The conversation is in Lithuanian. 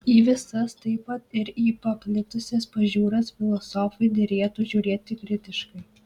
į visas taip pat ir į paplitusias pažiūras filosofui derėtų žiūrėti kritiškai